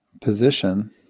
position